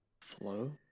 Flow